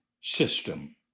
system